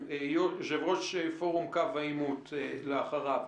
יושב-ראש פורום קו העימות לאחריו.